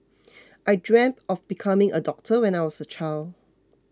I dreamt of becoming a doctor when I was a child